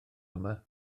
yma